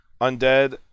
Undead